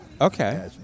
Okay